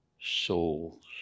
souls